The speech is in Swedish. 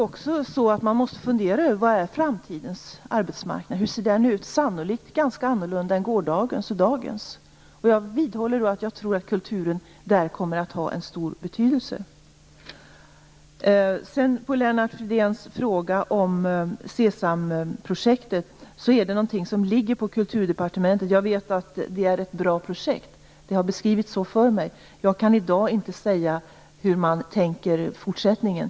Man måste också fundera över hur framtidens arbetsmarknad kommer att se ut. Sannolikt är den ganska annorlunda jämfört med gårdagens och dagens arbetsmarknad. Jag vidhåller att jag tror att kulturen där kommer att ha stor betydelse. Lennart Fridén hade en fråga om SESAM-projekt, men det är något som ligger på Kulturdepartementet. Jag vet att det är ett bra projekt, för det har beskrivits så för mig. Jag kan dock i dag inte säga hur man tänker sig fortsättningen.